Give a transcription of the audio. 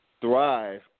Thrive